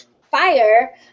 fire